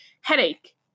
headache